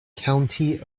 county